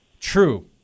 True